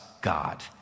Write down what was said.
God